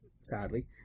sadly